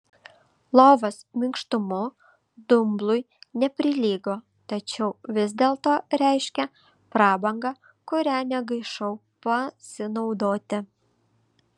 lovos minkštumu dumblui neprilygo tačiau vis dėlto reiškė prabangą kuria negaišau pasinaudoti